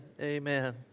Amen